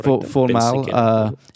formal